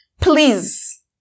Please